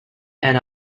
and